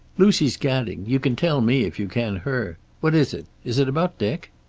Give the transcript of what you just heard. lucy's gadding. you can tell me if you can her. what is it? is it about dick?